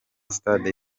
stade